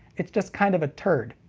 it's just kind of a turd.